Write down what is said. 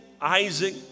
Isaac